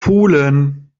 pulen